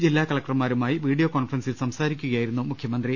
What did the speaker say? ജില്ലാ കലക്ടർമാരുമായി വീഡിയോ കോൺഫറൻസിൽ സംസാരിക്കുകയായിരുന്നു മുഖ്യമന്ത്രി